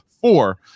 four